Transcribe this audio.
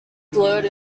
blurred